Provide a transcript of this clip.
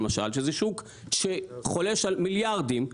שזה שוק שחולש על מיליארדים,